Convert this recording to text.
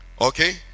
Okay